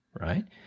right